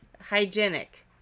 hygienic